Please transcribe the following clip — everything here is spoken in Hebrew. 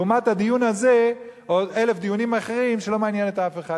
לעומת הדיון הזה או עוד אלף דיונים אחרים שלא מעניינים את אף אחד,